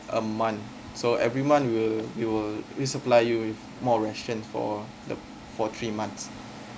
a month so every month you will you will resupply you with more ration for the for three months